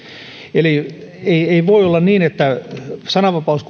eli ei ei voi olla niin että sananvapaus